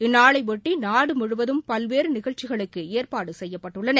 இந்நாளையொட்டி நாடு முழுவதும் பல்வேறு நிகழ்ச்சிகளுக்கு ஏற்பாடு செய்யப்பட்டுள்ளன